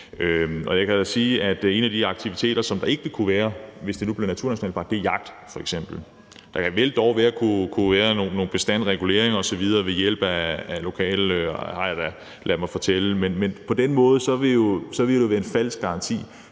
og jeg kan da sige, at en af de aktiviteter, der ikke vil kunne være, hvis det nu blev naturnationalpark, f.eks. er jagt. Der vil dog kunne være nogle bestandreguleringer osv. ved hjælp af lokale, har jeg da ladet mig fortælle. Men på den måde vil det jo være en falsk garanti.